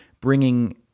bringing